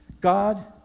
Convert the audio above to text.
God